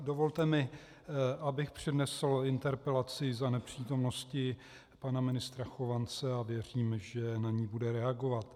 Dovolte mi, abych přednesl interpelaci za nepřítomnosti pana ministra Chovance, a věřím, že na ni bude reagovat.